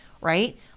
right